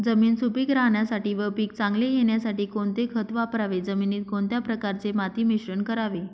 जमीन सुपिक राहण्यासाठी व पीक चांगले येण्यासाठी कोणते खत वापरावे? जमिनीत कोणत्या प्रकारचे माती मिश्रण करावे?